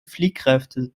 fliehkräfte